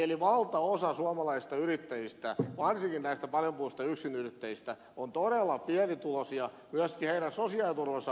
eli valtaosa suomalaisista yrittäjistä varsinkin näistä paljon puhutuista yksinyrittäjistä on todella pienituloisia ja myöskin heidän sosiaaliturvansa on heikompi kuin palkansaajien